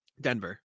Denver